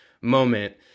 moment